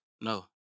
No